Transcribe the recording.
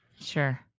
Sure